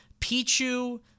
Pichu